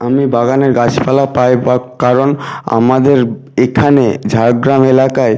আমি বাগানের গাছপালা পাই বা কারণ আমাদের এখানে ঝাড়গ্রাম এলাকায়